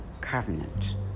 covenant